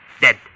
dead